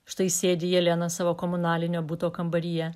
štai sėdi jelena savo komunalinio buto kambaryje